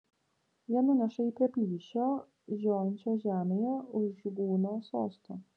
jie nuneša jį prie plyšio žiojinčio žemėje už žygūno sosto